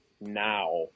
now